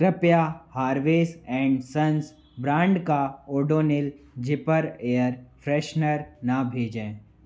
कृपया Harves and sons brand का Odonil zipper air freshener न भेजें